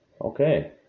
Okay